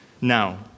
Now